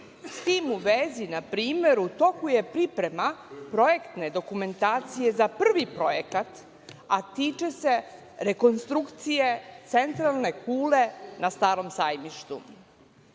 S tim u vezi, na primer, u toku je priprema projektne dokumentacije za prvi projekat, a tiče se rekonstrukcije centralne kule na Starom sajmištu.